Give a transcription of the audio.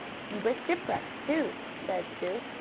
he was shipwrecked too, said sue.